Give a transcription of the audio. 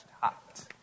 hot